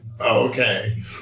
okay